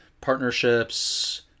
partnerships